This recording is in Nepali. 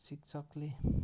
शिक्षकले